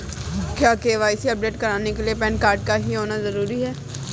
क्या KYC update कराने के लिए पैन कार्ड का ही होना जरूरी है?